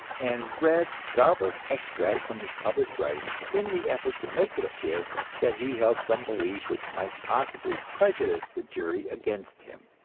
and read garbled extracts from his published writings, in the effort to make it appear that he held some belief which might possibly prejudice the jury against him.